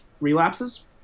relapses